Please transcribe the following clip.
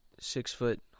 six-foot